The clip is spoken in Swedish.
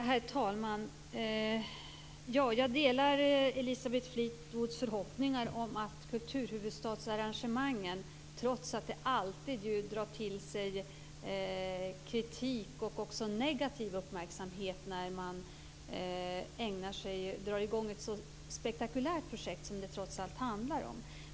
Herr talman! Jag delar Elisabeth Fleetwoods förhoppning när det gäller kulturhuvudstadsarrangemangen, trots att det alltid drar till sig kritik och också negativ uppmärksamhet när man drar i gång ett så spektakulärt projekt som det handlar om.